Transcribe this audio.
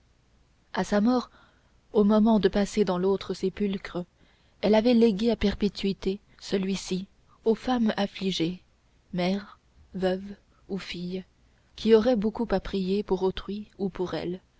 à sa mort au moment de passer dans l'autre sépulcre elle avait légué à perpétuité celui-ci aux femmes affligées mères veuves ou filles qui auraient beaucoup à prier pour autrui ou pour elles